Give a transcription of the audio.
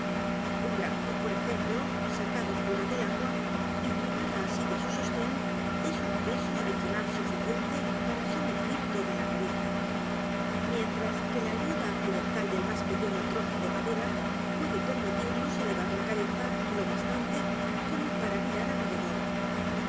un brazo por ejemplo sacado fuera del agua y privada así de su sostén es un peso adicional suficiente para s u m e r g i r t o d a la cabeza mientras que la ayuda accidental del más pequeño trozo de madera puede permitirnos elevar la cabeza lo bastante como para mirar alrededor